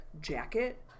jacket